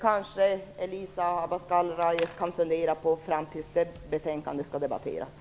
Elisa Abascal Reyes kan kanske fundera på detta fram till dess att betänkandet skall debatteras.